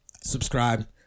Subscribe